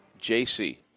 JC